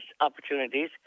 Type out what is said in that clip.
opportunities